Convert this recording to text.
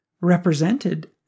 represented